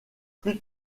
plus